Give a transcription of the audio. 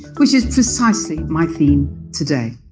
which is precisely my theme today.